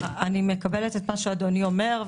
אני מקבלת את מה שאדוני אומר,